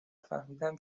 فهمیدم